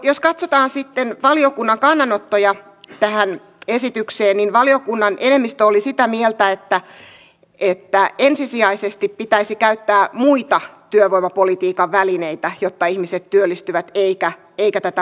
jos katsotaan sitten valiokunnan kannanottoja tähän esitykseen niin valiokunnan enemmistö oli sitä mieltä että ensisijaisesti pitäisi käyttää muita työvoimapolitiikan välineitä jotta ihmiset työllistyvät eikä tätä vuorotteluvapaata